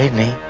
me